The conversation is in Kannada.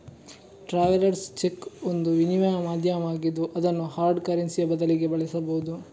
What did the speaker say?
ಟ್ರಾವೆಲರ್ಸ್ ಚೆಕ್ ಒಂದು ವಿನಿಮಯ ಮಾಧ್ಯಮವಾಗಿದ್ದು ಅದನ್ನು ಹಾರ್ಡ್ ಕರೆನ್ಸಿಯ ಬದಲಿಗೆ ಬಳಸಬಹುದು